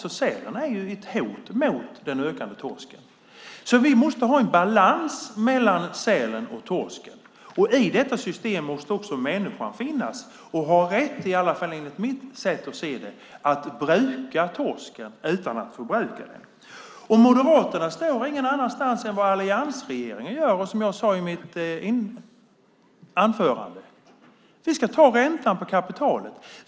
Sälen är ett hot mot den ökande torsken. Vi måste ha en balans mellan sälen och torsken. I detta system måste också människan finnas och ha rätt, i alla fall enligt mitt sätt att se det, att bruka torsken utan att förbruka den. Moderaterna står ingen annanstans än var alliansregeringen gör. Som jag sade i mitt anförande ska vi ta räntan på kapitalet.